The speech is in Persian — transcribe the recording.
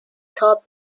تاب